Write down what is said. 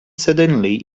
suddenly